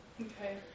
Okay